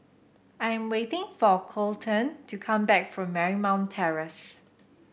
I'm waiting for Coleton to come back from Marymount Terrace